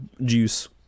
juice